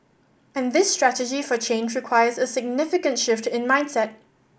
and this strategy for change requires a significant shift in mindset